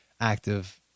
active